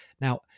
now